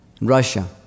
Russia